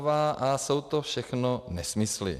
Až jsou to všechno nesmysly.